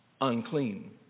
Unclean